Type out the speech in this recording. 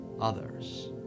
others